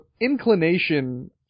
inclination